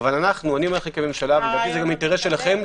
אבל אני אומר לכם כממשלה ולדעתי זה גם אינטרס שלכם,